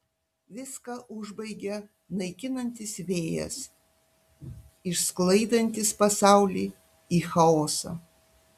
viską užbaigia naikinantis vėjas išsklaidantis pasaulį į chaosą